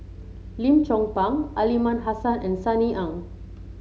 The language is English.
Lim Chong Pang Aliman Hassan and Sunny Ang